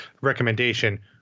recommendation